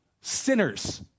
sinners